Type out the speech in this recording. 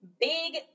big